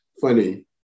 funny